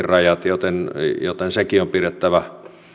rajat joten sekin on pidettävä